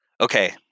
okay